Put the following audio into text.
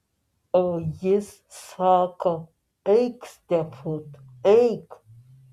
o jis sako eik stefut eik